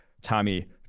Tommy